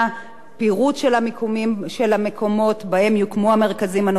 פירוט של המקומות שבהם יוקמו המרכזים הנוספים,